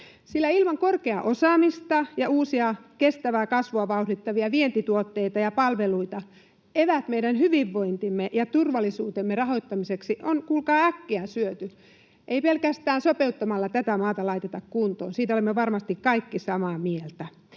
sillä ilman korkeaa osaamista ja uusia, kestävää kasvua vauhdittavia vientituotteita ja palveluita eväät meidän hyvinvointimme ja turvallisuutemme rahoittamiseksi on kuulkaa äkkiä syöty. Ei pelkästään sopeuttamalla tätä maata laiteta kuntoon. Siitä olemme varmasti kaikki samaa mieltä.